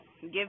give